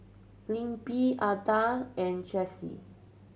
Libby Adda and Tracey